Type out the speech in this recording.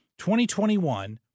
2021